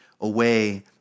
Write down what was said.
away